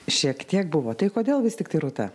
šiek tiek buvo tai kodėl vis tiktai rūta